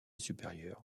supérieur